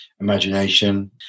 imagination